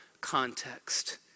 context